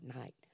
Night